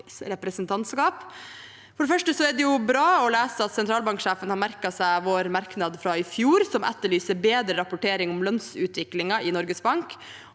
For det første er det bra å lese at sentralbanksjefen har merket seg vår merknad fra i fjor, der man etterlyste bedre rapportering om lønnsutviklingen i Norges Bank.